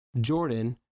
Jordan